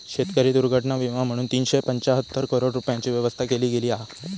शेतकरी दुर्घटना विमा म्हणून तीनशे पंचाहत्तर करोड रूपयांची व्यवस्था केली गेली हा